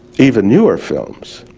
even newer films,